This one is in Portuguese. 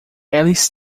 eles